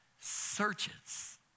searches